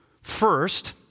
First